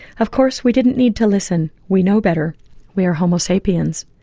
of course, we didn't need to listen, we know better we are homo sapiens,